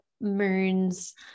moons